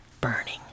burning